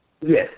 Yes